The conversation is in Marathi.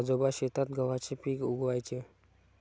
आजोबा शेतात गव्हाचे पीक उगवयाचे